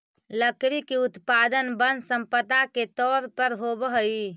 लकड़ी के उत्पादन वन सम्पदा के तौर पर होवऽ हई